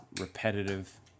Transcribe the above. repetitive